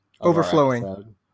overflowing